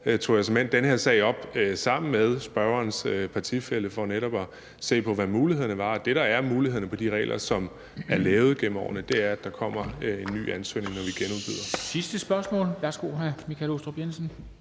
tog jeg såmænd den her sag op sammen med spørgerens partifælle for netop at se på, hvad mulighederne var, og det, der er mulighederne med de regler, som er lavet gennem årene, er, at der kommer en ny ansøgning, når vi genudbyder.